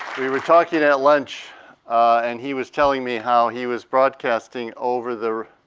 we were talking at lunch and he was telling me how he was broadcasting over the,